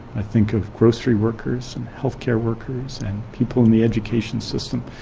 i think of grocery workers and health care workers and people in the education system.